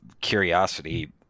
curiosity